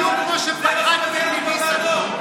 בדיוק כמו שפחדתם מניסנקורן.